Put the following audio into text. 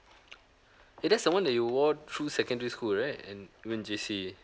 eh that's the one that you wore through secondary school right and even J_C